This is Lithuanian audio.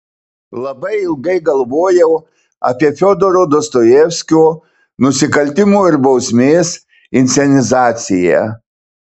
labai ilgai galvojau apie fiodoro dostojevskio nusikaltimo ir bausmės inscenizaciją